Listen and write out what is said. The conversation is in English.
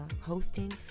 Hosting